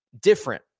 different